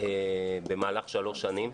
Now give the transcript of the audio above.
במהלך שלוש שנים.